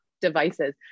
devices